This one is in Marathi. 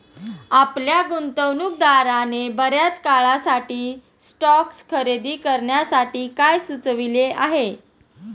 आपल्या गुंतवणूकदाराने बर्याच काळासाठी स्टॉक्स खरेदी करण्यासाठी काय सुचविले आहे?